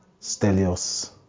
Stelios